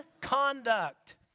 conduct